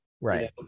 Right